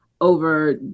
over